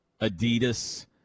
Adidas